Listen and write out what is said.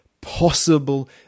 possible